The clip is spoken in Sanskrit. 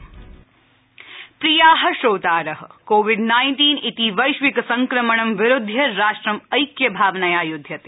कोविड आपनिंग प्रिया श्रोतार कोविड नाइन्टीन इति वैश्विक संक्रमणं विरुध्य राष्ट्रं ऐक्यभावनया युध्यते